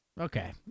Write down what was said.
Okay